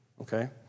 Okay